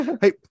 Hey